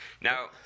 now